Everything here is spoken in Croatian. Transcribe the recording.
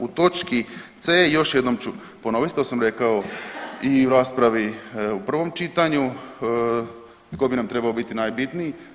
U točki C još jednom ću ponoviti to sam rekao i u raspravi u prvom čitanju koji bi nam trebao biti najbitniji.